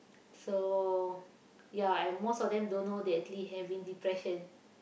so ya and most of them don't know they actually having depression